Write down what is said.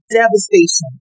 devastation